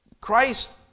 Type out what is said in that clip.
Christ